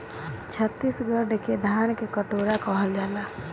छतीसगढ़ के धान के कटोरा कहल जाला